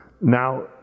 now